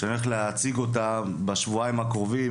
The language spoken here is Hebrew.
שאני הולך להציג אותה בשבועיים הקרובים